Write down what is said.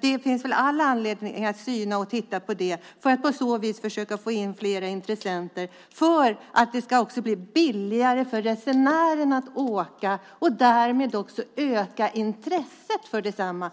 Det finns all anledning att titta på detta för att på så vis försöka få in flera intressenter. Då kan det ju bli billigare för resenärerna att åka, och därmed kanske även intresset ökar.